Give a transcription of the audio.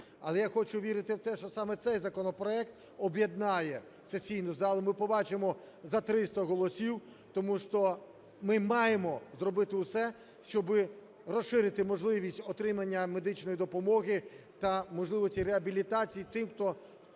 Але я хочу вірити в те, що саме цей законопроект об'єднає сесійну залу і ми побачмо за 300 голосів. Тому що ми маємо зробити усе, щоби розширити можливість отримання медичної допомоги та можливість реабілітації тим, хто